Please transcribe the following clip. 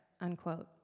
unquote